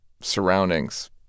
surroundings